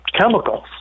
chemicals